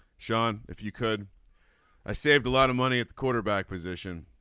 sean if you could ah save a lot of money at the quarterback position